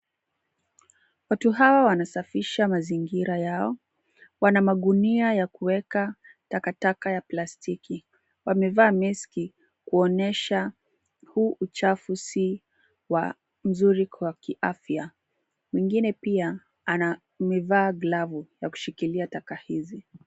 Watu hawa wanasafisha mazingira yao, wana magunia ya kuweka takataka ya plastiki. Wamevaa maski kuonyesha huu uchafu si wa mzuri kwa kiafya. Mwingine pia amevaa glavu na kushikilia taka hizi.